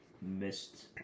missed